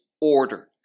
order